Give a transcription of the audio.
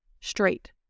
Straight